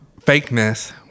fakeness